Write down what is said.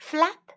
Flap